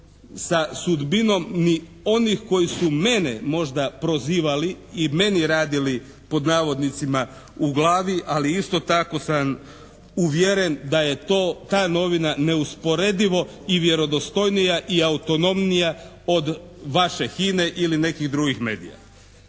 sa sudbinom ni onih koji su mene možda prozivali i meni radili pod navodnicima u glavi, ali isto tako sam uvjeren da je to, ta novina neusporedivo i vjerodostojnija i autonomnija od vaše HINA-e ili nekih drugih medija.